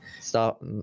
Stop